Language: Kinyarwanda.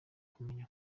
kumenya